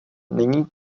není